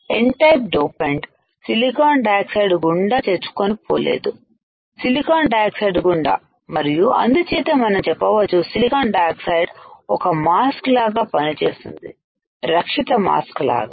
N type dopant silicon dioxide గుండా చొచ్చుకొని పోలేదు సిలికాన్ డయాక్సైడ్ గుండా మరియు అందుచేత మనం చెప్పవచ్చు సిలికాన్ డయాక్సైడ్ ఒక మాస్క్ లాగా పనిచేస్తుంది రక్షిత మాస్క్ లాగా